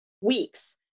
weeks